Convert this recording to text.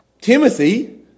Timothy